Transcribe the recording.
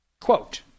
Quote